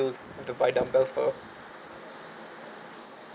still have to buy dumbbell oh